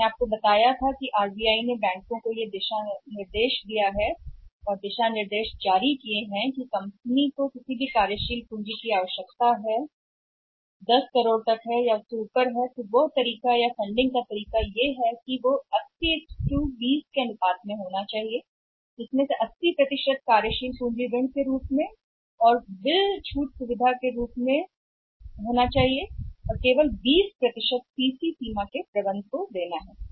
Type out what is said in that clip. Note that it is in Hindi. मैंने आपको बताया कि RBI ने बैंकों को निर्देश दिए हैं या बैंकों को दिशा निर्देश जारी किए कि कंपनी की किसी भी कार्यशील पूंजी की आवश्यकता 10 करोड़ तक का है और उससे ऊपर का तरीका या फंडिंग का तरीका जिसमें आवश्यकता होनी चाहिए 80 के साथ 80 20 का अनुपात कार्यशील पूंजी ऋण बिल छूट के रूप में होना चाहिए सुविधा और केवल 20 के लिए प्रबंधक CC सीमा देना होगा